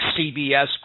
CBS